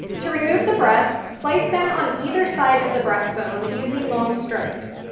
to remove the breast, slice down on either side of the breastbone using long strokes.